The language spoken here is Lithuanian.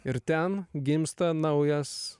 ir ten gimsta naujas